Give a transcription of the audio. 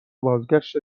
بازگشت